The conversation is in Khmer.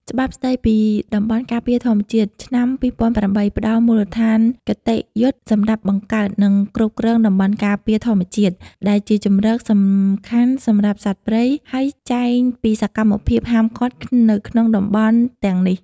ច្បាប់ស្តីពីតំបន់ការពារធម្មជាតិ ឆ្នាំ ២០០៨ ផ្ដល់មូលដ្ឋានគតិយុត្តសម្រាប់បង្កើត និងគ្រប់គ្រងតំបន់ការពារធម្មជាតិ ដែលជាជម្រកសំខាន់សម្រាប់សត្វព្រៃ ហើយចែងពីសកម្មភាពហាមឃាត់នៅក្នុងតំបន់ទាំងនេះ។